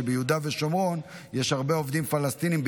שביהודה ושומרון יש הרבה עובדים פלסטינים.